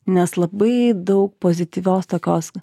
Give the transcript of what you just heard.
nes labai daug pozityvios tokios